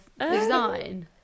design